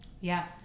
yes